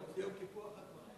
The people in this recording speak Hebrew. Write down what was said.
זה יום קיפוח הגברים?